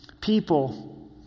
people